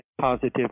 positive